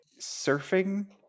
surfing